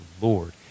Lord